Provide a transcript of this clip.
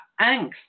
angst